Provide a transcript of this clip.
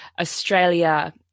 Australia